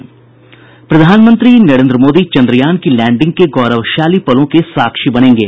प्रधानमंत्री नरेन्द्र मोदी चन्द्रयान की लैंडिंग के गौरवशाली पलों के साक्षी बनेंगे